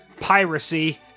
piracy